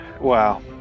Wow